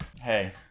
Hey